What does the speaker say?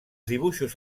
dibuixos